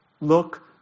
look